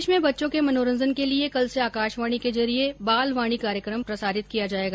प्रदेश में बच्चों के मनोरंजन के लिए कल से आकाशवाणी के जरिए बालवाणी कार्यक्रम प्रसारित किया जायेगा